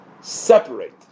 separate